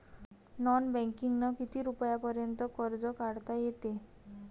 Non बँकिंगनं किती रुपयापर्यंत कर्ज काढता येते?